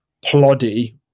ploddy